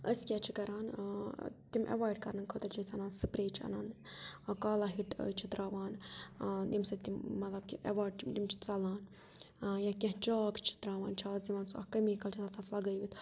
أسۍ کیٛاہ چھِ کَران تِم ایٚوایڈ کَرنہٕ خٲطرٕ چھِ أسۍ اَنان سُپرے چھِ اَنان کالا ہِٹ چھِ تراوان ییٚمہِ سۭتۍ تِم مطلب کہِ اٮ۪وایڈ چھِ تِم چھِ ژَلان یا کیٚنٛہہ چاچ چھِ ترٛاوان چھِ اَز یِوان سُہ اَکھ کٔمیٖکَل چھِ آسان تَتھ لَگٲوِتھ